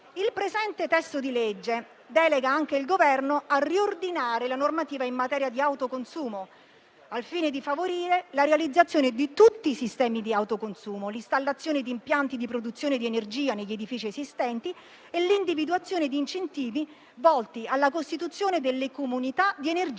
Il presente testo di legge delega anche il Governo a riordinare la normativa in materia di autoconsumo, al fine di favorire la realizzazione di tutti i sistemi di autoconsumo, l'installazione di impianti di produzione di energia negli edifici esistenti e l'individuazione di incentivi volti alla costituzione delle comunità di energie